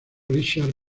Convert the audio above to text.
richard